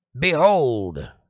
Behold